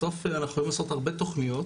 בסוף אנחנו יכולים לעשות הרבה תוכניות,